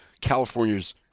California's